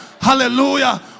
hallelujah